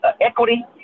equity